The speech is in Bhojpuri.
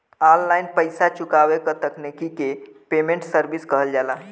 ऑनलाइन पइसा चुकावे क तकनीक के पेमेन्ट सर्विस कहल जाला